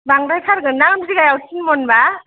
बांद्रायथारगोनदां बिघायाव थिन मनबा